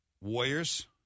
Warriors